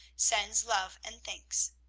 sends love and thanks.